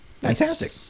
fantastic